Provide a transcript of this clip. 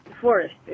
forest